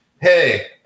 hey